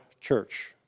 church